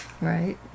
Right